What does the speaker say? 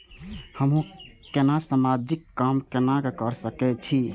हमू केना समाजिक काम केना कर सके छी?